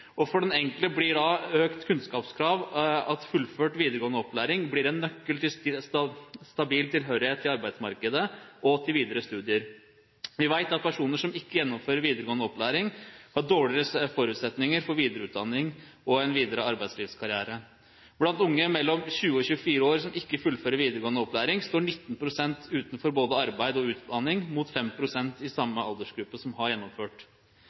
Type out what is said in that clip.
For den enkelte betyr økte kunnskapskrav at fullført videregående opplæring blir en nøkkel til stabil tilhørighet til arbeidsmarkedet og til videre studier. Vi vet at personer som ikke gjennomfører videregående opplæring, har dårligere forutsetninger for videreutdanning og en videre arbeidslivskarriere. Blant unge mellom 20 og 24 år som ikke fullfører videregående opplæring, står 19 pst. utenfor både arbeid og utdanning mot 5 pst. i samme aldersgruppe som har gjennomført.